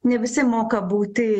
ne visi moka būti